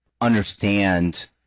understand